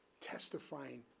testifying